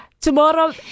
tomorrow